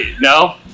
no